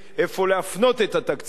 לאן להפנות את התקציבים,